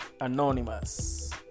Anonymous